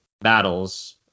battles